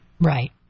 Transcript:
Right